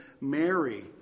Mary